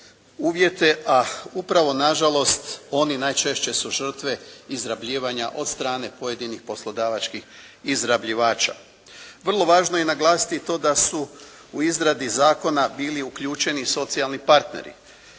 uvjete, a upravo nažalost oni najčešće su žrtve izrabljivanja od strane pojedinih poslodavačkih izrabljivača. Vrlo važno je naglasiti to da su u izradi zakona bili uključeni i socijalni partneri